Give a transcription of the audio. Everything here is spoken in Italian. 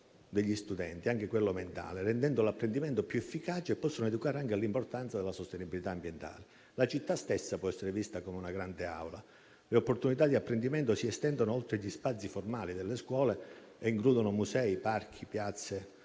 degli studenti, rendendo l'apprendimento più efficace e possono educare anche all'importanza della sostenibilità ambientale. La città stessa può essere vista come una grande aula in cui opportunità di apprendimento si estendono oltre gli spazi formali delle scuole e includono musei, parchi, piazze,